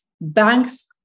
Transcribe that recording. banks